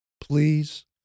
Please